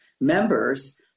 members